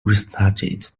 restarted